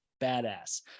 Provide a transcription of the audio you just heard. badass